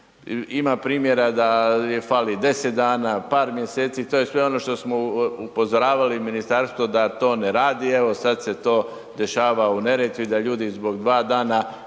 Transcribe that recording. Ima primjera da fali 10 dana, par mjeseci, to je sve ono što smo upozoravali ministarstvo da to ne radi, evo sad se to dešava u Neretvi da ljudi zbog 2 dana